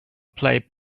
play